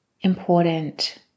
important